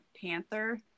panther